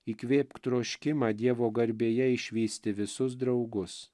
įkvėpk troškimą dievo garbėje išvysti visus draugus